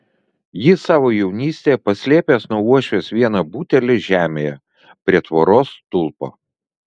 jis savo jaunystėje paslėpęs nuo uošvės vieną butelį žemėje prie tvoros stulpo